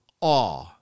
awe